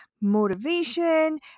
motivation